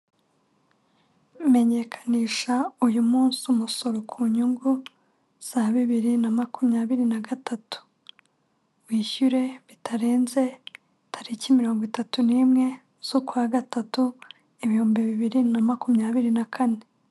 Menyekanisha uyu munsi umusoro ku nyungu za bibiri na makumyabiri na gatatu, wishyure bitarenze tariki mirongo itatu n'imwe z'ukwa gatatu, ibihumbi bibiri na makumyabiri na kane.